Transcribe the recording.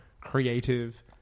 creative